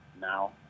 now